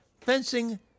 fencing